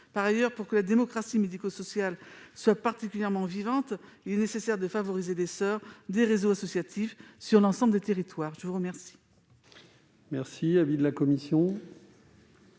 Par ailleurs, pour que la démocratie médico-sociale soit particulièrement vivante, il est nécessaire de favoriser l'essor des réseaux associatifs sur l'ensemble des territoires. Quel